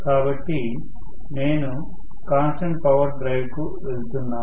కాబట్టి నేను constant power drive కు వెళ్తున్నాను